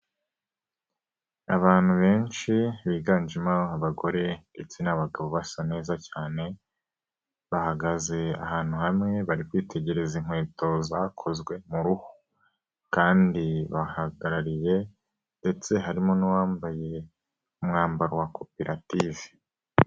Abantu benshi biganjemo abagore ndetse n'abagabo basa neza cyane, bahagaze ahantu hamwe, bari kwitegereza inkweto zakozwe mu ruhu, kandi bahagarariye ndetse harimo n'uwambaye umwambaro wa koperative.